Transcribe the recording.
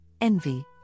envy